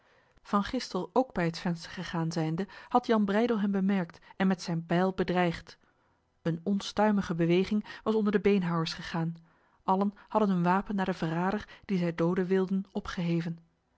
van gistel ook bij het venster gegaan zijnde had jan breydel hem bemerkt en met zijn bijl bedreigd een onstuimige beweging was onder de beenhouwers gegaan allen hadden hun wapen naar de verrader die zij doden wilden opgeheven